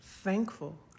Thankful